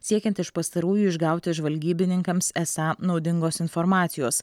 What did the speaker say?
siekiant iš pastarųjų išgauti žvalgybininkams esą naudingos informacijos